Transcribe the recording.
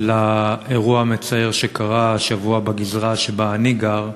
לאירוע המצער שקרה השבוע בגזרה שבה אני גר,